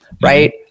Right